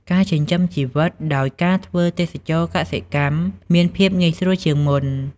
ការចិញ្ចឹមជីវិតដោយការធ្វើទេសចរណ៍កសិកម្មមានភាពងាយស្រួលជាងមុន។